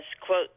quote